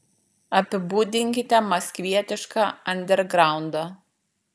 apibūdinkite maskvietišką andergraundą